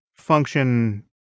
function